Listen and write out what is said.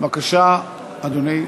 בבקשה, אדוני.